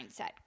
mindset